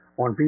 on